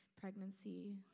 pregnancy